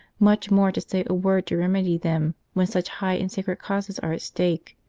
much more to say a word to remedy them when such high and sacred causes are at stake.